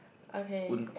okay